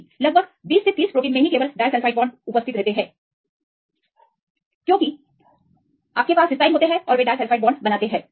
नहीं लगभग 20 30 प्रोटीन मे ही केवल हमारे पास डाइसल्फ़ाइड बॉन्ड होते हैं क्योंकि आपके पास सिस्टीन होते हैं और वे डाइसल्फ़ाइड बॉन्ड बनाते हैं